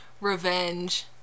revenge